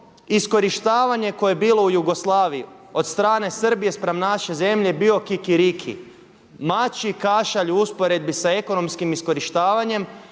iskorištavanje koje je bilo u Jugoslaviji od strane Srbiji spram naše zemlje je bio kikiriki, mačji kašalj u usporedbi sa ekonomskim iskorištavanjem